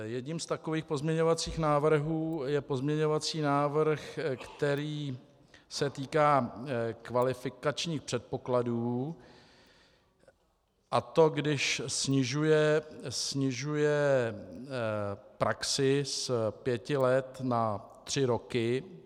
Jedním z takových pozměňovacích návrhů je pozměňovací návrh, který se týká kvalifikačních předpokladů, a to když snižuje praxi z pěti let na tři roky.